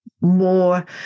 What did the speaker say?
more